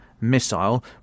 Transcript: missile